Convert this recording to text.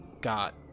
got